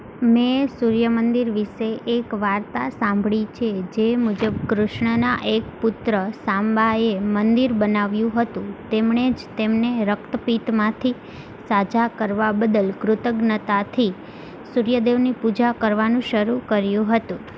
મેં સૂર્ય મંદિર વિશે એક વાર્તા સાંભળી છે જે મુજબ કૃષ્ણના એક પુત્ર સાંબાએ મંદિર બનાવ્યું હતું તેમણે જ તેમને રક્તપિત્તમાંથી સાજા કરવા બદલ કૃતજ્ઞતાથી સૂર્યદેવની પૂજા કરવાનું શરૂ કર્યું હતું